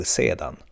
sedan